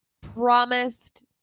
promised